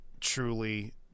truly